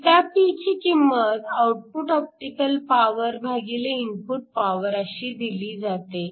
ηp ची किंमत output optical power भागिले इनपुट पॉवर अशी दिली जाते